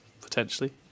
potentially